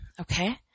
Okay